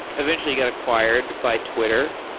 eventually, you got acquired by twitter.